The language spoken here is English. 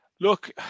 Look